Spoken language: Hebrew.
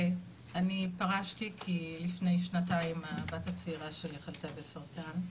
אני פרשתי כי לפני שנתיים הבת הצעירה שלי חלתה בסרטן,